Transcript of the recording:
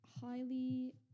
highly